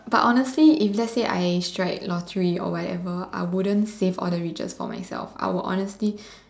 but honestly if let's say I strike lottery or whatever I wouldn't save all the riches for myself I would honestly